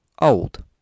old